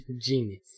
Genius